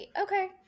Okay